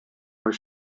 was